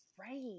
right